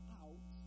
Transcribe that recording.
out